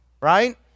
right